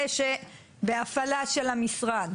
בהפעלה של המשרד?